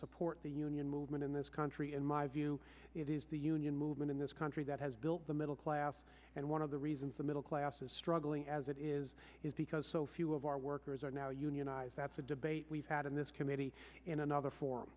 support the union movement in this country in my view it is the union movement in this country that has built the middle class and one of the reasons the middle class is struggling as it is is because so few of our workers are now unionized that's a debate we've had in this committee in another form